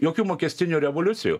jokių mokestinių revoliucijų